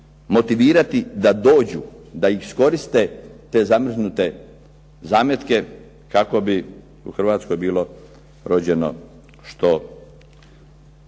motivirati da dođu, da iskoriste te zamrznute zametke kako bi u Hrvatskoj bilo rođeno što